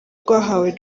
rwahawe